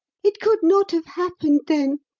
it could not have happened then!